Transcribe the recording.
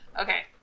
Okay